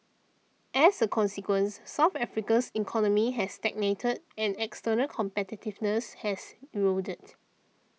as a consequence South Africa's economy has stagnated and external competitiveness has eroded